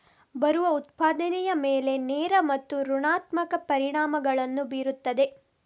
ಬರವು ಉತ್ಪಾದನೆಯ ಮೇಲೆ ನೇರ ಮತ್ತು ಋಣಾತ್ಮಕ ಪರಿಣಾಮಗಳನ್ನು ಬೀರುತ್ತದೆ